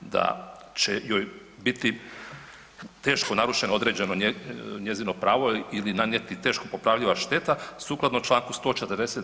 da će joj biti teško narušeno određeno njezino pravo ili nanijeti teško popravljiva šteta, sukladno Članku 140.